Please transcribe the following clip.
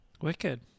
Wicked